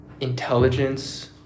intelligence